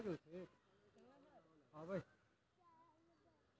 हम केना अपन खाता से दोसर के खाता में पैसा भेजब?